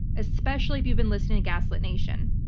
especially if you've been listening to gaslit nation.